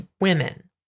women